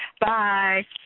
Bye